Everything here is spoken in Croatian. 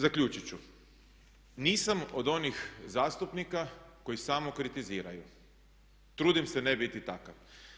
Zaključiti ću, nisam od onih zastupnika koji samo kritiziraju, trudim se ne biti takav.